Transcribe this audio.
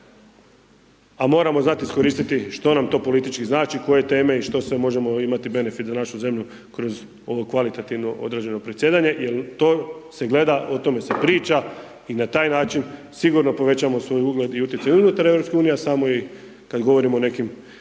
a moramo znati iskoristiti što nam to politički znači, koje teme i što sve možemo imati benefit za našu zemlju kroz ovo kvalitativno određeno predsjedanje jel to se gleda, o tome se priča i na taj način sigurno povećavamo svoj ugled i utjecaj unutar EU, a samo i kad govorimo o nekim